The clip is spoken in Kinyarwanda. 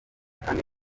kandi